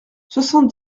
soixante